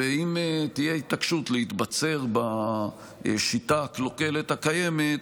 ואם תהיה התעקשות להתבצר בשיטה הקלוקלת הקיימת,